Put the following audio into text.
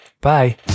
Bye